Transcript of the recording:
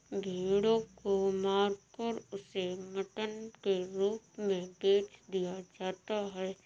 भेड़ों को मारकर उसे मटन के रूप में बेच दिया जाता है